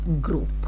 group